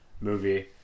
movie